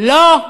לא.